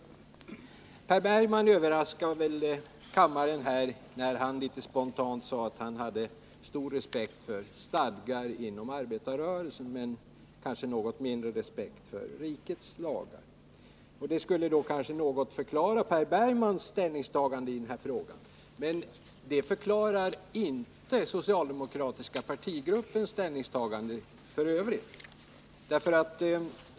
Nr 33 Per Bergman överraskade nog kammaren när han spontant sade att han har Onsdagen den stor respekt för stadgar inom arbetarrörelsen men kanske något mindre 21 november 1979 respekt för rikets lagar. Det kanske något förklarar Per Bergmans ställningstagande i denna fråga, men det förklarar inte den socialdemokratiska partigruppens ställningstagande.